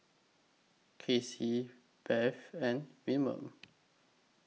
Kelcie Beth and Wilmer